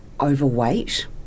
overweight